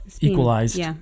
equalized